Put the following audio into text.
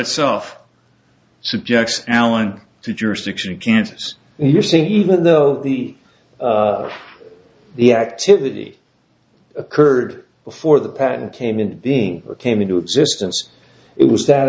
itself subjects alan to jurisdiction in kansas and you're saying even though the the activity occurred before the patent came into being came into existence it was that